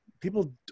people